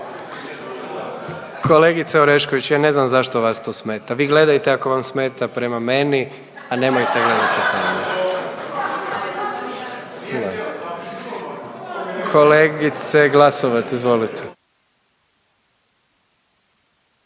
Kolegice Orešković, ja ne znam zašto vas to smeta. Vi gledajte ako vam smeta prema meni, a nemojte gledati tamo. Kolegice Glasovac, izvolite.